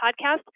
podcast